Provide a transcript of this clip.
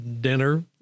dinner